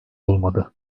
olmadı